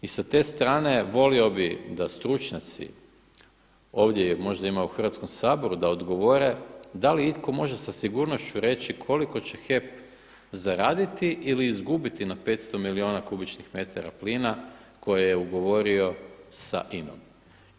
I sa te strane volio bih da stručnjaci, ovdje možda ima i u Hrvatskom saboru da odgovore da li itko može sa sigurnošću reći koliko će HEP zaraditi ili izgubiti na 500 milijuna kubičnih metara plina koje je ugovorio sa INA-om.